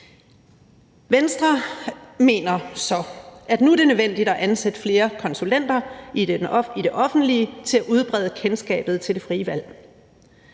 Venstre mener så, at det nu er nødvendigt at ansætte flere konsulenter i det offentlige til at udbrede kendskabet til det frie valg.